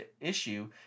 issue